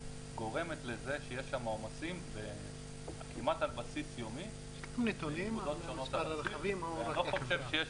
גורמת לזה שיהיו שם עומסים כמעט על בסיס יומי --- ואני לא חושב שיש